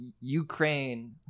Ukraine